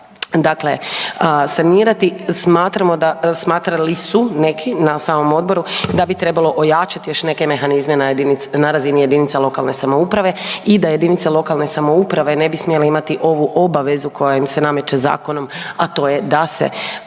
dakle sanirati, smatrali su neki na samom odboru da bi trebalo ojačati još neke mehanizme na razini JLS-ova i da JLS-ovi ne bi smjele imati ovu obavezu koja im se nameće zakonom, a to je da se,